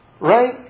right